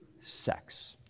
sex